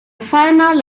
final